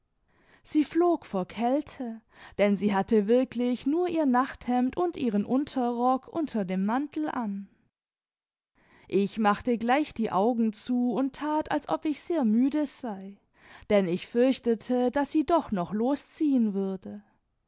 sie flog vor kälte denn sie hatte wirklich nur ihr nachthemd und ihren unterrock unter dem mantel an ich machte gleich die augen zu und tat als ob ich sehr müde sei denn ich fürchtete daß sie doch noch losriehen würde